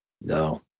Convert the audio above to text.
no